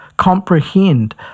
Comprehend